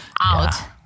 out